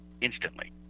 instantly